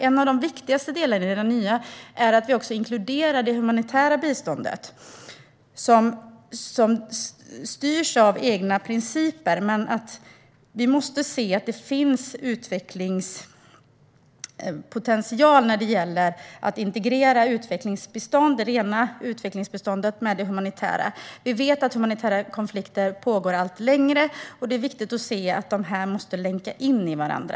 En av de viktigaste delarna i den nya agendan är att vi också inkluderar det humanitära biståndet, som styrs av egna principer. Men vi måste se att det finns potential att integrera det rena utvecklingsbiståndet med det humanitära. Vi vet att humanitära konflikter pågår allt längre, och det är viktigt att de båda bistånden länkar in i varandra.